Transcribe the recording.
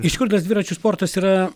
iš kur tas dviračių sportas yra